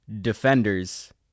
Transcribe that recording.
Defenders